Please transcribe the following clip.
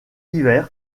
hiver